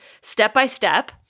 step-by-step